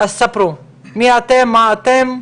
אז ספרו, מי אתם, מה אתם עשיתם,